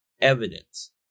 evidence